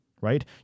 right